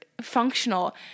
functional